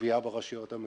בגבייה ברשויות המקומיות.